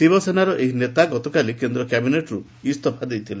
ଶିବସେନାର ଏହି ନେତା ଗତକାଲି କେନ୍ କ୍ୟାବିନେଟ୍ରୁ ଇସ୍ତଫା ଦେଇଥିଲେ